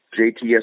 JTS